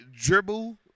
dribble